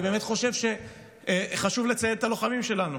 אני באמת חושב שחשוב לצייד את הלוחמים שלנו.